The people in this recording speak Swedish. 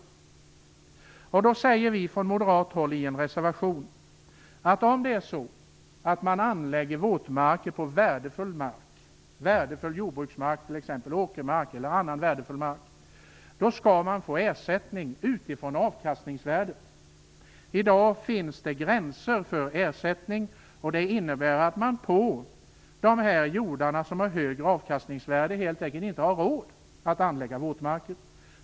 I en reservation säger vi från moderat håll att om det är så att man anlägger våtmarker på värdefull jordbruksmark - åkermark eller annan mark - skall man få ersättning utifrån avkastningsvärdet. I dag finns det gränser för ersättningen, och det innebär att man på jordar som har högre avkastningsvärde helt enkelt inte har råd att anlägga våtmarker.